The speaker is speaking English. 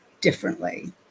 differently